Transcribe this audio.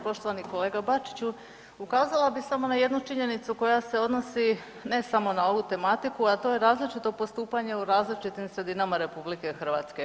Poštovani kolega Bačiću, ukazala bi samo na jednu činjenicu koja se odnosi ne samo na ovu tematiku a to je različito postupanje u različitim sredinama RH.